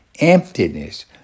emptiness